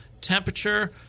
temperature